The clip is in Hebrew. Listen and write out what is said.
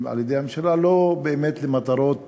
בעצם, על-ידי הממשלה, לא באמת למטרות